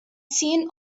seen